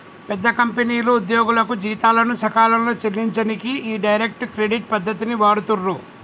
పెద్ద కంపెనీలు ఉద్యోగులకు జీతాలను సకాలంలో చెల్లించనీకి ఈ డైరెక్ట్ క్రెడిట్ పద్ధతిని వాడుతుర్రు